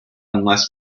unless